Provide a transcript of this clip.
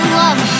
love